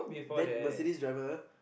then Mercedes driver